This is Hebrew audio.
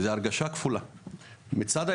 ויש כאן הרגשה של שני צדדים.